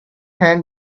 hand